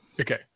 Okay